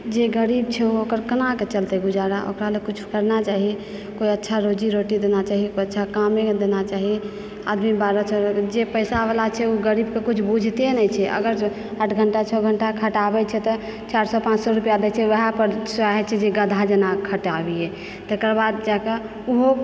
जे गरीब छै ओकर केनाके चलते गुजारा ओकरा लिअ कुछ करना चाही कोइ अच्छा रोजी रोटी देना चाही अच्छा कामे देना चाही आदमी बारह चौदह घण्टा जे पैसाबला छै ओ गरीबके कुछ बुझिते नहि छै अगर आठ घण्टा छओ घण्टा खटाबैत छै तऽ चारि सए पाँच सए रुपैआ दैत छै वएह पर चाहैत छै जे गधा जेना खटाबियै तेकर बाद जाके ओहो